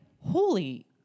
holy